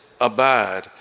abide